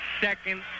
second